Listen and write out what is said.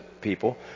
people